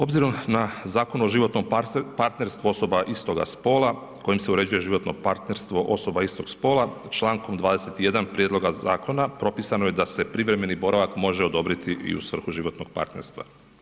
Obzirom na Zakon o životnom partnerstvu osoba istoga spola kojim se uređuje životno partnerstvo osoba istog spola čl. 21. prijedloga zakona propisano je da se privremeni boravak može odobriti i u svrhu životnog partnerstva.